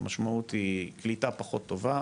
המשמעות היא קליטה פחות טובה,